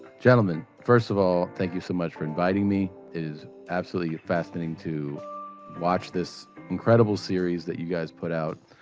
gentlemen, first of all thank you so much for inviting me. it is absolutely fascinating to watch this incredible series that you guys put out,